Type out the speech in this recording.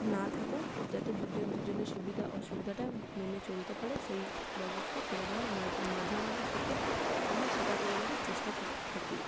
না থাকুক যাতে দুজন দুজনের সুবিধা অসুবিধাটা মেনে চলতে পারে সেই ব্যবস্থা করে দেওয়ার মাঝামাঝি থেকে আমি সেটা করবারই চেষ্টা করে থাকি